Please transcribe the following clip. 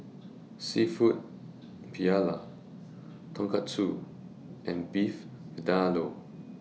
Seafood Paella Tonkatsu and Beef Vindaloo